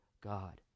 God